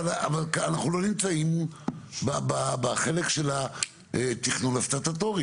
אבל אנחנו לא נמצאים בחלק של התכנון הסטטוטורי,